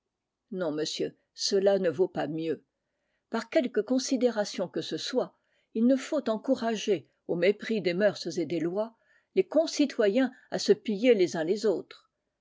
non monsieur cela ne vaut pas mieux par quelque considération que ce soit il ne faut encourager au mépris des mœurs et des lois les concitoyens à se piller les uns les autres